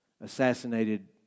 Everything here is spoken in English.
assassinated